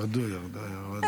ירדו, ירדו.